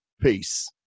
Peace